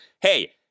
hey